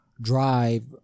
drive